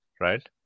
right